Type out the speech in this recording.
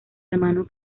hermano